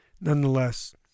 Nonetheless